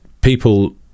people